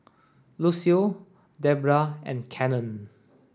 Lucio Debra and Cannon